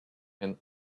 and